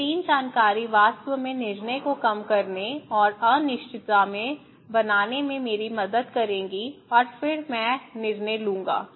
ये 3 जानकारी वास्तव में निर्णय को कम करने और अनिश्चितता में बनाने में मेरी मदद करेंगी और फिर मैं निर्णय लूंगा